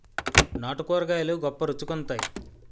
నాటు కూరగాయలు గొప్ప రుచి గుంత్తై